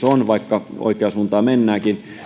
on vaikka oikeaan suuntaan mennäänkin olen